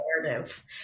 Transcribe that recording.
narrative